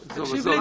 הן שאלות מורכבות,